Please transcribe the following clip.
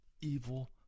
evil